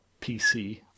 PC